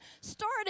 started